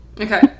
Okay